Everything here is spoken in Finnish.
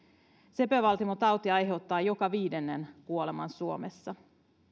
sepelvaltimotauti aiheuttaa joka viidennen kuoleman suomessa